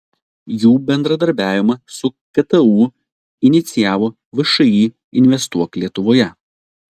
jų bendradarbiavimą su ktu inicijavo všį investuok lietuvoje